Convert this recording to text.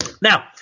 now